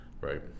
right